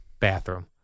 bathroom